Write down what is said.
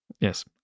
Yes